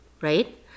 right